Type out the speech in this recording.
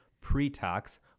pre-tax